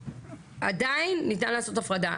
עדיין ניתן לעשות הפרדה.